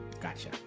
Gotcha